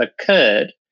occurred